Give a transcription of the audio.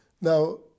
Now